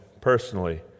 personally